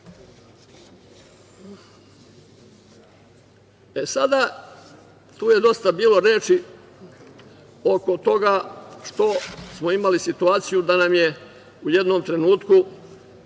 su data. Tu je dosta bilo reči oko toga što smo imali situaciju da nam je u jednom trenutku